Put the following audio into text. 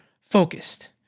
focused